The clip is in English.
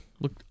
Look